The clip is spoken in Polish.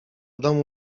domu